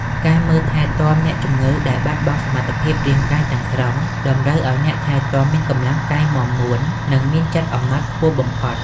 ការមើលថែទាំអ្នកជំងឺដែលបាត់បង់សមត្ថភាពរាងកាយទាំងស្រុង តម្រូវឱ្យអ្នកថែទាំមានកម្លាំងកាយមាំមួន និងមានចិត្តអំណត់ខ្ពស់បំផុត។